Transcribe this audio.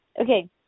Okay